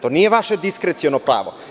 To nije vaša diskreciono pravo.